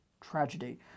tragedy